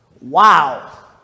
Wow